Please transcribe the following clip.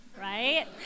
right